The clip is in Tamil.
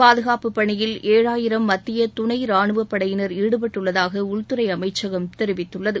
பாதுகாப்பு பணியில் ஏழாயிரம் மத்திய துணை ரானுவ படையினர் ஈடுபட்டுள்ளதாக உள்துறை அமைச்சகம் தெரிவித்துள்ளது